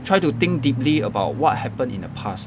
try to think deeply about what happened in the past